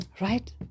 right